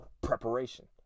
preparation